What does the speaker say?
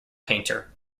painter